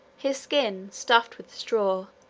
his skin, stuffed with straw,